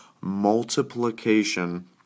multiplication